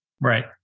Right